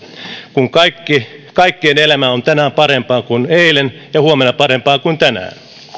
kun kaikkien elämä on tänään parempaa kuin eilen ja huomenna parempaa kuin tänään